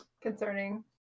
Concerning